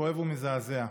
כואב ומזעזע,